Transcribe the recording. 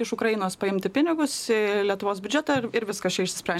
iš ukrainos paimti pinigus į lietuvos biudžetą ir ir viskas čia išsispren